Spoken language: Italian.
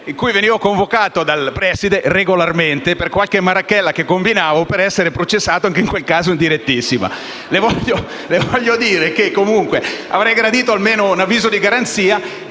regolarmente convocato dal preside per qualche marachella che avevo combinato per essere processato, anche in quel caso, in direttissima. Le voglio dire che, comunque, avrei gradito almeno un avviso di garanzia,